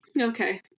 Okay